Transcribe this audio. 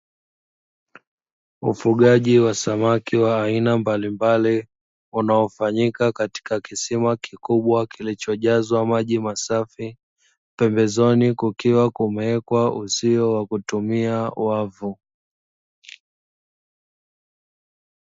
Ufugaji wa samaki wa aina mbalimbali, unaofanyika katika kisima kikubwa kilichojazwa maji masafi; pembezoni kukiwa kumewekwa uzio wa kutumia wavu.